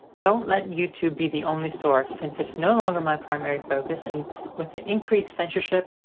don't let youtube be the only source, since it's no longer my primary focus and with the increased censorship,